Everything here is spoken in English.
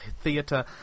theatre